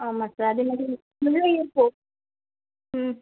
ஆமாம் சார் அதுமாதிரி ம்